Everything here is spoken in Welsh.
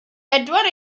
edward